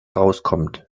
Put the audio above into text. rauskommt